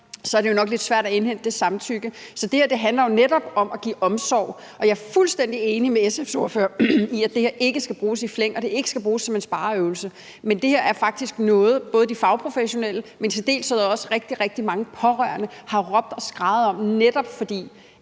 er det jo nok lidt svært at indhente det samtykke. Så det her handler jo netop om at give omsorg, og jeg er fuldstændig enig med SF's ordfører i, at det her ikke skal bruges i flæng og det ikke skal bruges som en spareøvelse. Men det her er faktisk noget, både de fagprofessionelle, men i særdeleshed også rigtig, rigtig mange pårørende har råbt og skreget om, netop fordi